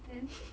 then